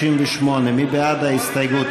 38. מי בעד ההסתייגות?